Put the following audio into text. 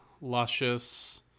Luscious